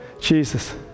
Jesus